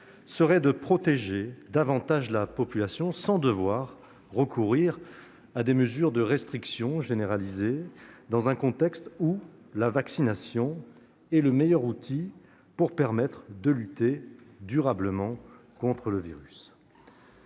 serait de protéger davantage la population sans devoir recourir à des mesures de restriction généralisées, dans un contexte où la vaccination est le meilleur outil pour lutter durablement contre le virus.